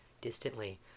distantly